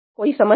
कोई समस्या